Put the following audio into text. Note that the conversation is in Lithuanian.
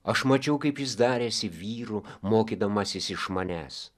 aš mačiau kaip jis darėsi vyru mokydamasis iš manęs